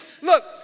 Look